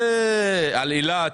על אילת.